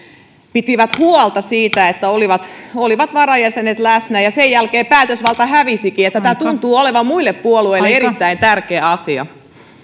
pitivät huolta siitä että varajäsenet olivat läsnä ja sen jälkeen päätösvalta hävisikin että tämä tuntuu olevan muille puolueille erittäin tärkeä asia